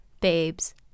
babes